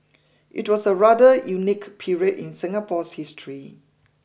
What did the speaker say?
it was a rather unique period in Singapore's history